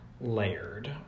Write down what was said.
layered